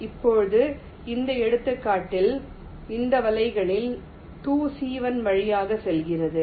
இப்போது இந்த எடுத்துக்காட்டில் இந்த வலைகளில் 2 C 1 வழியாக செல்கின்றன